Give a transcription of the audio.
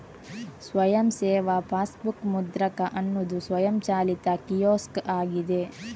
ಸ್ವಯಂ ಸೇವಾ ಪಾಸ್ಬುಕ್ ಮುದ್ರಕ ಅನ್ನುದು ಸ್ವಯಂಚಾಲಿತ ಕಿಯೋಸ್ಕ್ ಆಗಿದೆ